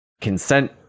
consent